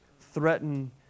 threaten